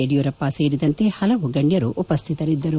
ಯಡಿಯೂರಪ್ಪ ಸೇರಿದಂತೆ ಪಲವು ಗಣ್ಯರು ಉಪಸ್ಥಿತರಿದ್ದರು